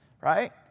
right